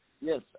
Yes